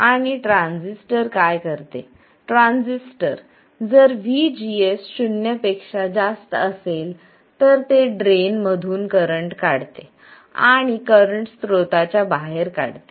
आणि ट्रान्झिस्टर काय करते ट्रान्झिस्टर जर vgs शून्यापेक्षा जास्त असेल तर ते ड्रेन मधून करंट काढते आणि करंट स्रोताच्या बाहेर काढते